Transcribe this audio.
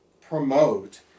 promote